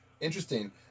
Interesting